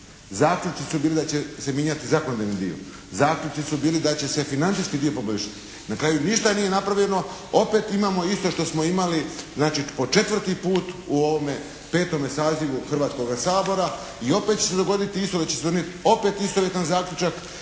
Zaključci su bili da će se mijenjati zakonodavni dio. Zaključci su bili da će se financijski dio poboljšati. Na kraju ništa nije napravljeno. Opet imamo isto što smo imali znači po četvrti put u ovome petome sazivu Hrvatskoga sabora i opet će se dogoditi isto da će se donijeti opet istovjetan zaključak